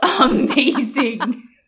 amazing